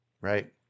Right